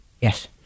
Yes